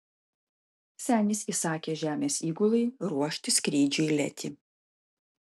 senis įsakė žemės įgulai ruošti skrydžiui letį